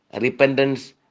repentance